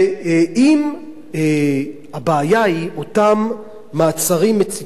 אם הבעיה היא אותם מעצרים מציצניים,